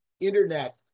internet